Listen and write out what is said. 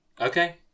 Okay